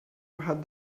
had